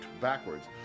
backwards